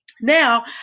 Now